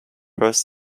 first